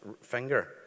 finger